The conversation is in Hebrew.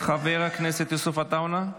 חבר הכנסת יוסף עטאונה,